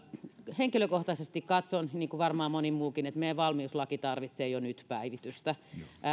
henkilökohtaisesti katson niin kuin varmaan moni muukin että meidän valmiuslaki tarvitsee jo nyt päivitystä